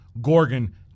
Gorgon